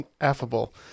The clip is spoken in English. affable